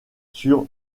sur